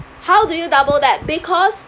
how do you double that because